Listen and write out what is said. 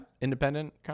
Independent